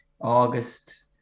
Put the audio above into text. August